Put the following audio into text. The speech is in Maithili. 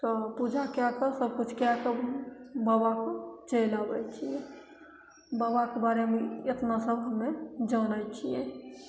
तऽ पूजा कै के सबकिछु कै के बाबाके चलि आबै छिए बाबाके बारेमे एतना सब हमे जानै छिए